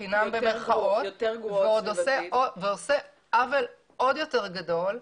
בחינם, במירכאות ועושה עוול עוד יותר גדול.